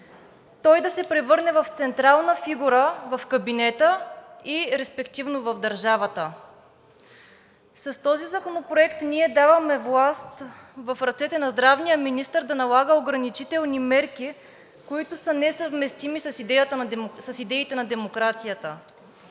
той да се превърне в централна фигура в кабинета и респективно в държавата. С този законопроект ние даваме власт в ръцете на здравния министър да налага ограничителни мерки, които са несъвместими с идеите на демокрацията.